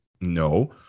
No